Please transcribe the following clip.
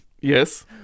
Yes